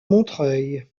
montreuil